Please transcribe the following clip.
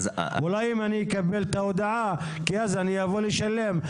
אולי אם אני אקבל את ההודעה, אני אבוא לשלם?